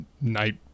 night